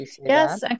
yes